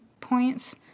points